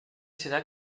serà